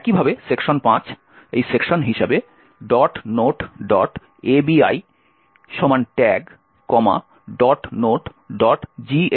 একইভাবে সেকশন 5 এই সেকশন হিসাবে noteABItag notegnubuildLD ইত্যাদি